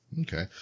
Okay